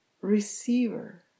receiver